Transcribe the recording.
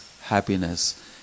happiness